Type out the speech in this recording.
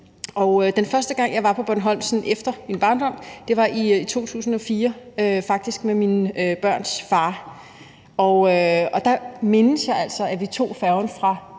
den første gang, jeg var på Bornholm efter min barndom, var altså i 2004 med mine børns far, og der mindes jeg altså, at vi tog færgen fra